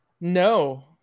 no